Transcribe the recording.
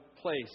place